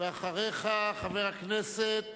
חבר הכנסת